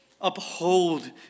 uphold